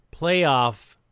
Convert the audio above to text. playoff